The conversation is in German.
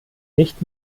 nicht